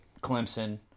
Clemson